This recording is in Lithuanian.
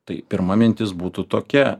tai pirma mintis būtų tokia